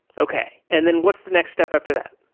okay. and then what's the next step after that?